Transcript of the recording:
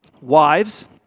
Wives